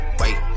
wait